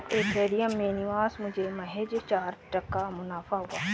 Ethereum में निवेश मुझे महज चार टका मुनाफा हुआ